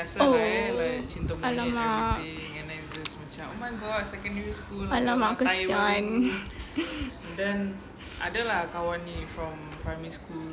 oh !alamak! !alamak! kesian